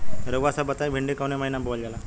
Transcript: रउआ सभ बताई भिंडी कवने महीना में बोवल जाला?